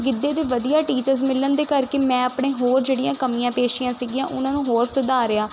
ਗਿੱਧੇ ਦੇ ਵਧੀਆ ਟੀਚਰਸ ਮਿਲਣ ਦੇ ਕਰਕੇ ਮੈਂ ਆਪਣੇ ਹੋਰ ਜਿਹੜੀਆਂ ਕਮੀਆਂ ਪੇਸ਼ੀਆਂ ਸੀਗੀਆਂ ਉਹਨਾਂ ਨੂੰ ਹੋਰ ਸੁਧਾਰਿਆ